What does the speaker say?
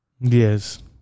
Yes